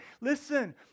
Listen